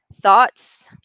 thoughts